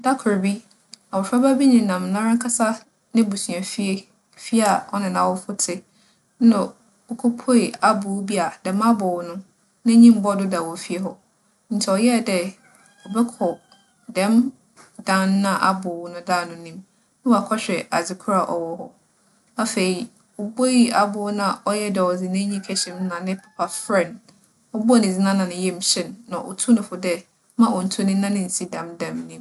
Da kor bi, abofraba bi nenam noarankasa n'ebusuafie, fie a ͻnye n'awofo tse. Nna okopuee abow bi a dɛm abow no, n'enyi mmbͻͻ do da wͻ fie hͻ. Ntsi ͻyɛɛ dɛ ͻbͻkͻ dɛm dan no a abow no da ano no mu, na ͻakͻhwɛ adzekor a ͻwͻ hͻ. Afei, obuei abow no a ͻyɛɛ dɛ ͻdze n'enyi kɛhyɛ mu na ne papa frɛ no. ͻbͻͻ ne dzin ara na ne yamu hyee no, na otuu no fo dɛ mma onntum ne nan nnsi dɛm dan no mu.